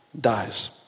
dies